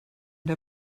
der